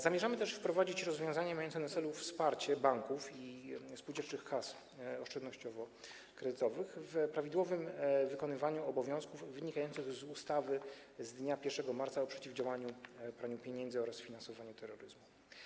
Zamierzamy też wprowadzić rozwiązanie mające na celu wsparcie banków i spółdzielczych kas oszczędnościowo-kredytowych w prawidłowym wykonywaniu obowiązków wynikających z ustawy z dnia 1 marca o przeciwdziałaniu praniu pieniędzy oraz finansowaniu terroryzmu.